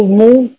move